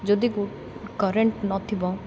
ଯଦିକୁ current ନଥିବ